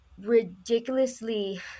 ridiculously